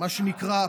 מה שנקרא,